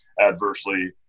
adversely